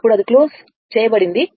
అప్పుడు అది మూసివేయబడింది